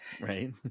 Right